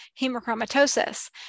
hemochromatosis